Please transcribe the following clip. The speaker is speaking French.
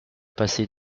passait